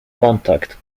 kontakt